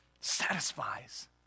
satisfies